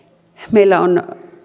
meillä on